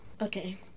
Okay